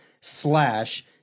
slash